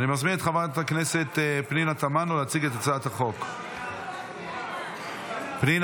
נעבור לנושא הבא על סדר-היום: הצעת חוק איסור הפליה